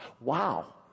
Wow